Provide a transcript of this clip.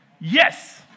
Yes